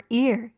ear